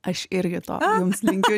aš irgi to jums linkiu